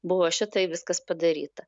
buvo šitai viskas padaryta